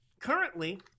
Currently